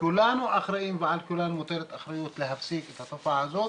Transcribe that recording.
כולנו אחראים ועל כולנו מוטלת האחריות להפסיק את התופעה הזאת